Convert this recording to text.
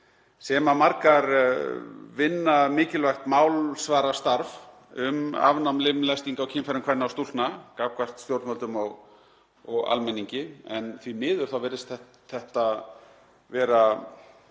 sem margar vinna mikilvægt málsvarastarf um afnám limlestinga á kynfærum kvenna og stúlkna gagnvart stjórnvöldum og almenningi. En því miður þá virðist þetta vera